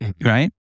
right